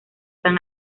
san